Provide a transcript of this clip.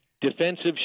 Defensive